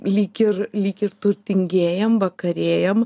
lyg ir lyg ir tų tingėjam vakarėjam